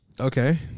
Okay